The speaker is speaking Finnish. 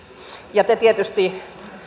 ja te tietysti